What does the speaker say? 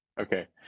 okay